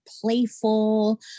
playful